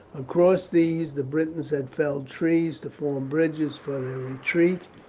across these the britons had felled trees to form bridges for their retreat,